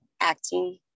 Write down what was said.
acting